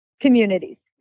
communities